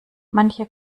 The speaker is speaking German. manche